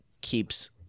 keeps